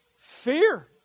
fear